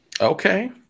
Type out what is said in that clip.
Okay